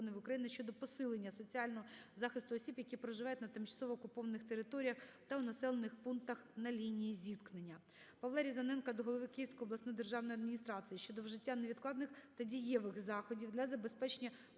ПавлаРізаненка до голови Київської обласної державної адміністрації щодо вжиття невідкладних та дієвих заходів для забезпечення